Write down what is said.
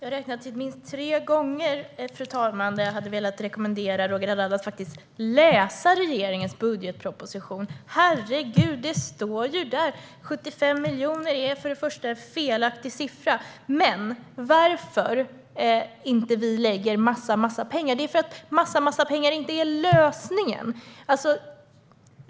Fru talman! Jag räknade till minst tre gånger då jag hade velat rekommendera Roger Haddad att läsa regeringens budgetproposition. Herregud - det står ju där! Framför allt är 75 miljoner en felaktig siffra. Men anledningen till att vi inte lägger en massa pengar är att en massa pengar inte är lösningen.